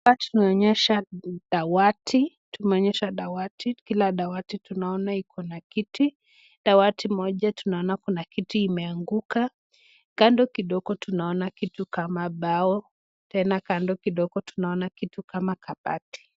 tunaonyesha dawati, kila dawati tunaona iko na kiti, dawati moja tunaona kuna kiti moja kimeanuka kando kidongo tunaona kitu kama mbao, tena kando kidogo tunaona kitu kama kabati,